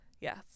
yes